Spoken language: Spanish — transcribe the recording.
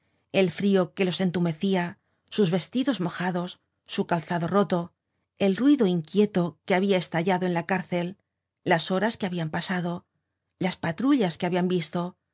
el frio que los entumecia sus vestidos mojados t u calzado roto el ruido inquieto que habia estallado en la cárcel las horas que habian pasado las patrullas que habian visto